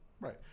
Right